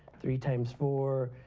three times four,